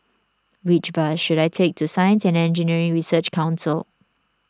which bus should I take to Science and Engineering Research Council